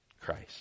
Christ